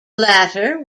latter